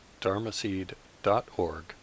dharmaseed.org